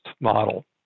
model